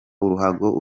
ruhago